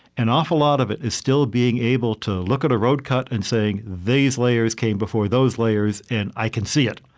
an awful lot of it is still being able to look at a road cut and saying these layers came before those layers, and i can see it.